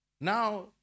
Now